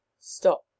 Stop